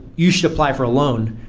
you should apply for a loan.